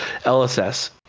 LSS